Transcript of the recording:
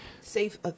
Safe